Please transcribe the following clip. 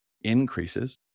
increases